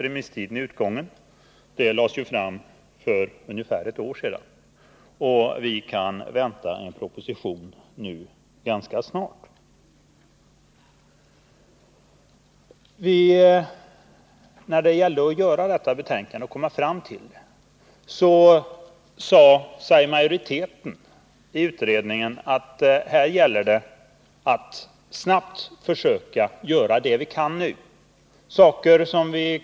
Remisstiden är utgången — betänkandet lades ju fram för ungefär ett år sedan. Vi kan nu vänta att en proposition läggs fram ganska snart. I arbetet på betänkandet sade majoriteten i utredningen att det gäller att snabbt försöka göra vad man kan göra redan nu.